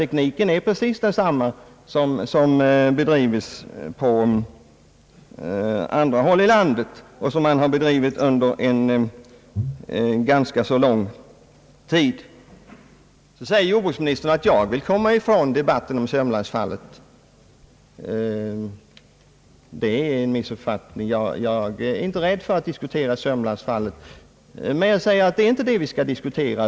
Tekniken är här precis densamma som på andra håll i landet och den har man bedrivit under ganska lång tid. Nu säger jordbruksministern att jag vill komma ifrån debatten om sörmlandsfallet. Det är en missuppfattning. Jag är inte rädd för att diskutera sörmlandsfallet. Men det är, säger jag, inie det vi nu skall diskutera.